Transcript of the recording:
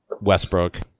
Westbrook